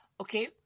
Okay